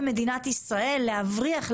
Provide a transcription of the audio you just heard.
במדינת ישראל להבריח,